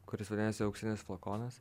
kuris vadinasi auksinis flakonas